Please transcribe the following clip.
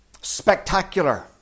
spectacular